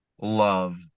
love